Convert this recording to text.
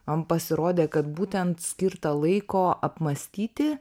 man pasirodė kad būtent skirta laiko apmąstyti